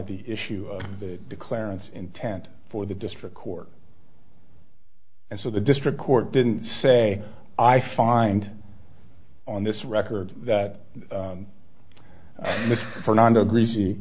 the issue of clarence intent for the district court and so the district court didn't say i find on this record that fernando greasy